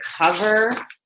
cover